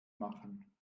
machen